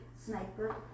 sniper